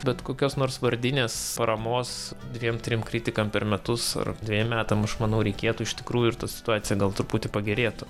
bet kokios nors vardinės paramos dviem trim kritikam per metus ar dvejiem metam aš manau reikėtų iš tikrųjų ir situacija gal truputį pagerėtų